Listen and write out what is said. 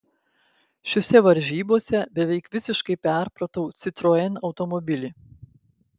šiose varžybose beveik visiškai perpratau citroen automobilį